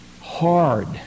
hard